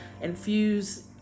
infuse